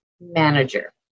manager